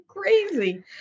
crazy